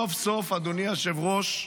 סוף סוף, אדוני היושב-ראש,